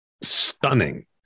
stunning